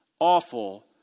awful